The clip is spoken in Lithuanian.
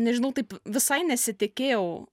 nežinau taip visai nesitikėjau